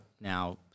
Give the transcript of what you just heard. now